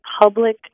public